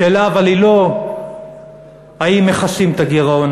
אבל השאלה היא לא אם מכסים את הגירעון,